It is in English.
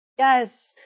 Yes